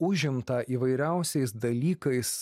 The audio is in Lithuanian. užimtą įvairiausiais dalykais